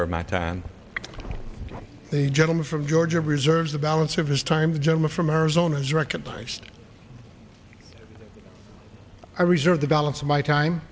my time the gentleman from georgia reserves the balance of his time the gentleman from arizona is recognized i reserve the balance of my time